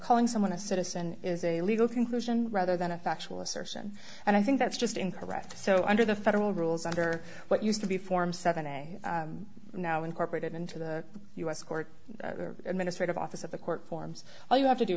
calling someone a citizen is a legal conclusion rather than a factual assertion and i think that's just incorrect so under the federal rules under what used to be form seven now incorporated into the us court administrative office of the court forms all you have to do